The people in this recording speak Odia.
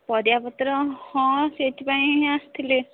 ପରିବାପତ୍ର ହଁ ସେଇଥିପାଇଁ ହିଁ ଆସିଥିଲି